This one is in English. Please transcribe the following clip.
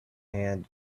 hand